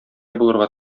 булырга